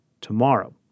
tomorrow